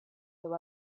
there